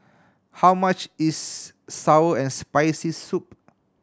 how much is sour and Spicy Soup